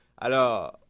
Alors